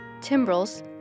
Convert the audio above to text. timbrels